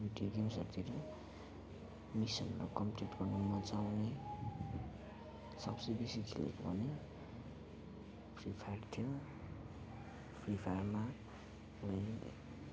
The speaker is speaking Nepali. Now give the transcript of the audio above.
भिडियो गेम्सहरूतिर मिसनहरू कम्प्लिट गर्नु मजा आउने सबसे बेसी खेलेको भने फ्री फायर थियो फ्री फायरमा हामी